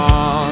on